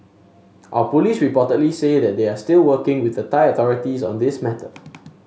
our police reportedly say that they are still working with Thai authorities on this matter